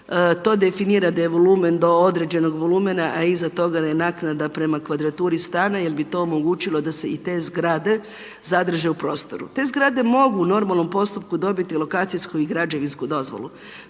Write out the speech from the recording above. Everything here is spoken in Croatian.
to definira da je volumen do određenog volumena a iza toga da je naknada prema kvadraturi stana jer bi to omogućilo da se i te zgrade zadrže u prostoru. Te zgrade mogu u normalnom postupku dobiti lokacijsku i građevinsku dozvolu,